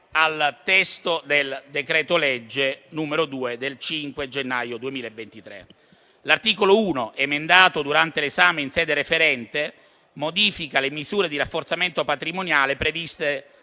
al testo del decreto-legge n. 2 del 5 gennaio 2023. L'articolo 1, emendato durante l'esame in sede referente, modifica le misure di rafforzamento patrimoniale previste